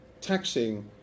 taxing